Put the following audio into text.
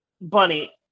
Bunny